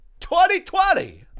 2020